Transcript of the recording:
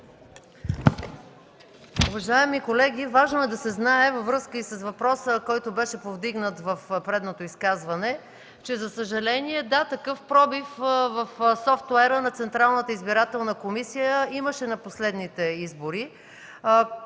Уважаеми колеги, важно е да се знае във връзка и с въпроса, който беше повдигнат в предното изказване, че, за съжаление, да, такъв пробив в софтуера на Централната избирателна комисия имаше на последните избори,